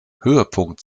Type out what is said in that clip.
höhepunkt